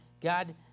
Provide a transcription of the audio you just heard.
God